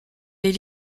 les